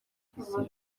izina